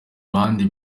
bandi